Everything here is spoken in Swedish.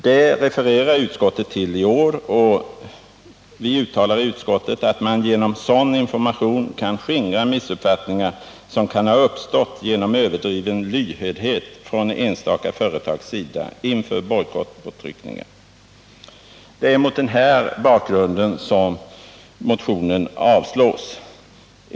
Det refererar utskottet till i år, och utskottet uttalar att man genom sådan information kan skingra missuppfattningar som kan ha uppstått genom överdriven lyhördhet från enstaka företags sida inför bojkottpåtryckningar. Det är mot denna bakgrund som motionen avstyrks.